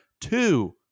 two